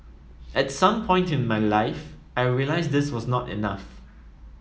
at some point in my life I realised this was not enough